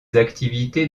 activités